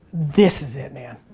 this is it man.